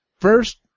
first